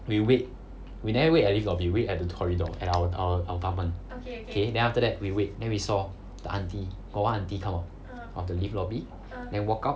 we wait we never wait at the lift lobby we wait at the corridor at our err apartment okay then after that we wait then we saw the auntie got one auntie come out of the lift lobby then walk out